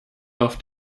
auf